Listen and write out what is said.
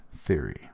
theory